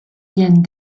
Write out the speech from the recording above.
viennent